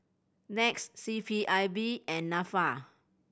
NETS C P I B and Nafa